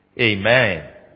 Amen